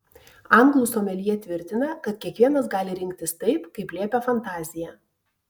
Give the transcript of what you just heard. anglų someljė tvirtina kad kiekvienas gali rinktis taip kaip liepia fantazija